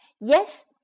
Yes